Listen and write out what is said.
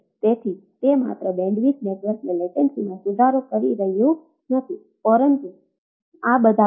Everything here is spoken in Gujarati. તેથી આ નેટવર્ક લેટન્સી શું છે તે એક મુખ્ય અંતરાય છે